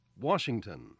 Washington